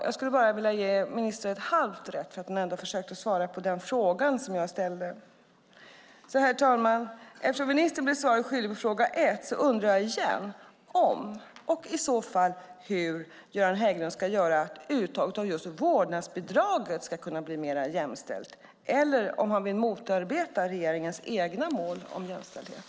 Jag vill ge ministern ett halvt rätt för att han ändå har försökt svara på min fråga. Herr talman! Eftersom ministern blev svaret skyldig på fråga ett undrar jag igen om och i så fall hur Göran Hägglund ska göra för att uttaget av vårdnadsbidraget ska kunna bli mer jämställt eller om han vill motarbeta regeringens egna mål om jämställdhet.